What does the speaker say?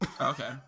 Okay